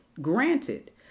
granted